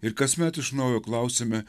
ir kasmet iš naujo klausiame